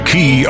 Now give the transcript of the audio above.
Key